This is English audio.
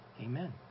Amen